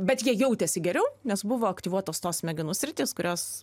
bet jie jautėsi geriau nes buvo aktyvuotos tos smegenų sritys kurios